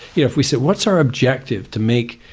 if we say, what's our objective to make